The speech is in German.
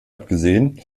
abgesehen